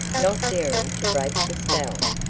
not daring to break the spell.